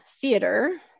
theater